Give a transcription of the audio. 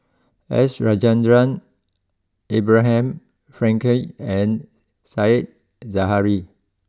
S Rajendran Abraham Frankel and Said Zahari